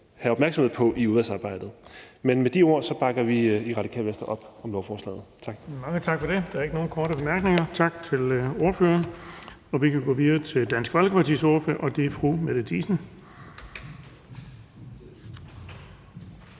have opmærksomhed på i udvalgsarbejdet. Med de ord bakker vi i Radikale Venstre op om lovforslaget. Tak. Kl. 16:52 Den fg. formand (Erling Bonnesen): Tak for det. Der er ikke nogen korte bemærkninger. Tak til ordføreren. Vi kan gå videre til Dansk Folkepartis ordfører, og det er fru Mette Thiesen.